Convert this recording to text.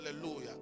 Hallelujah